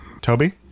Toby